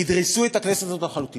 ידרסו את הכנסת הזאת לחלוטין.